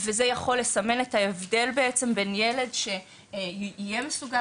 וזה יכול לסמן את ההבדל בעצם בין ילד שהיה מסוגל